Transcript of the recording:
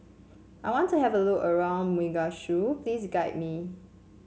I want to have a look around Mogadishu please guide me